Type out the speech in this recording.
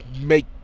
make